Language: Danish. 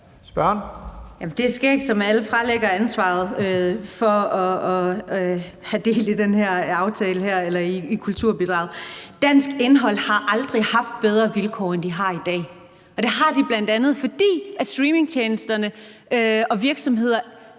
(LA): Det er skægt, som alle fralægger sig ansvaret for at have del i det her kulturbidrag. Dansk indhold har aldrig haft bedre vilkår, end det har i dag, og det har det, bl.a. fordi streamingtjenesterne og virksomheder